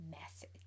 message